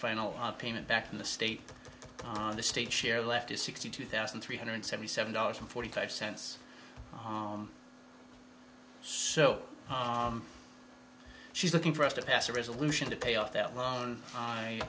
final payment back in the state on the state share left is sixty two thousand three hundred seventy seven dollars and forty five cents so she's looking for us to pass a resolution to pay off that lo